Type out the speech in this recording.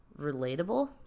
relatable